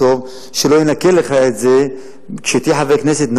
שלא ינכה לך את זה כשתהיה חבר כנסת.